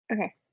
Okay